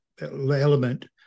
element